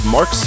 Mark